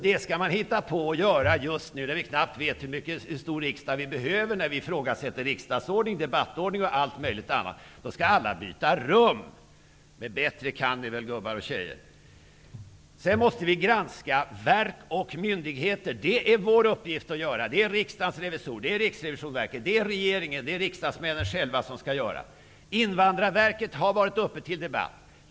Det skall man göra just nu när vi knappt vet hur stor riksdag vi behöver, när vi ifrågasätter riksdagsordning, debattordning och allt möjligt annat. Då skall alla byta rum. Bättre kan vi väl, gubbar och tjejer? Sedan måste vi granska verk och myndigheter. Det är vår uppgift att göra. Det är Riksdagens revisorer, det är Riksrevisionsverket, det är regeringen och det är riksdagsmännen själva som skall göra. Invandrarverket har varit uppe till debatt.